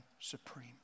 supreme